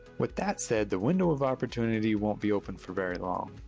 with that said, the window of opportunity won't be open for very long.